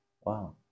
Wow